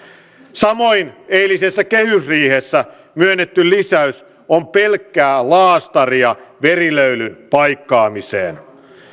samoin eilisessä kehysriihessä myönnetty lisäys on pelkkää laastaria verilöylyn paikkaamiseen